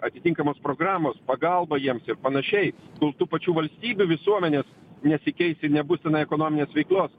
atitinkamos programos pagalba jiems ir panašiai kul tų pačių valstybių visuomenės nesikeis ir nebus tenai ekonominės veiklos